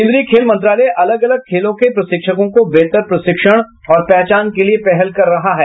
केन्द्रीय खेल मंत्रालय अलग अलग खेलों के प्रशिक्षकों को बेहतर प्रशिक्षण और पहचान के लिए पहल कर रहा है